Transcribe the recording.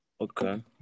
Okay